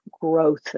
growth